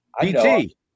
BT